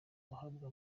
guhabwa